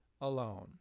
alone